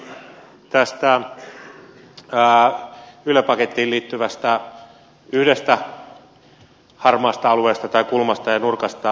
kysyn kuitenkin tästä yle pakettiin liittyvästä yhdestä harmaasta alueesta tai kulmasta tai nurkasta